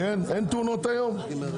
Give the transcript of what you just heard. תאונות היום?